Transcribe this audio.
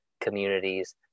communities